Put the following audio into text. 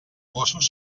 mossos